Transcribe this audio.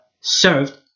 served